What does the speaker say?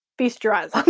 feast your eyes like